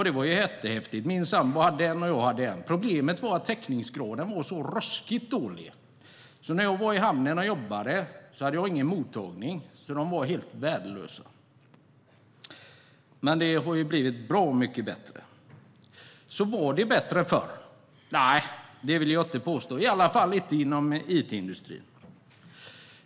Det var ju jättehäftigt. Min sambo hade en, och jag hade en. Problemet var att täckningsgraden var så ruskigt dålig att när jag var i hamnen och jobbade hade jag ingen mottagning, så de var helt värdelösa. Det har blivit bra mycket bättre. Var det bättre förr? Nej, det vill jag inte påstå. I varje fall inte inom it-industrin.